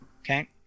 Okay